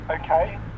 Okay